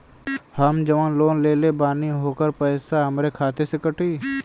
हम जवन लोन लेले बानी होकर पैसा हमरे खाते से कटी?